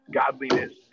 godliness